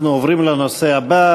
אנחנו עוברים לנושא הבא,